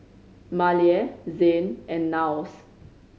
Maleah Zayne and Niles